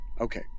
Okay